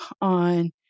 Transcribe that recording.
on